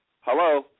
Hello